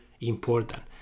important